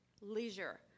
leisure